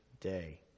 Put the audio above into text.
day